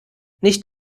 nicht